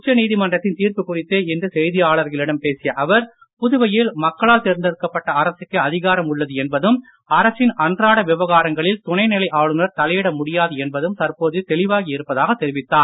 உச்ச நீதிமன்றத்தின் தீர்ப்பு குறித்து இன்று செய்தியாளர்களிடம் பேசிய தேர்ந்தெடுக்கப்பட்ட அரசுக்கே அதிகாரம் உள்ளது என்பதும் அரசின் அன்றாட விவகாரங்களில் துணைநிலை ஆளுநர் தலையிட முடியாது என்பதும் தற்போது தெளிவாகி இருப்பதாக தெரிவித்தார்